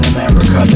America